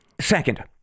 Second